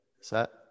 set